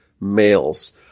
males